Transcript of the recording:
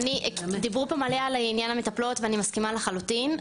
דיברו פה מלא על העניין המטפלות ואני מסכימה לחלוטין,